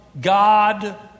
God